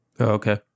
Okay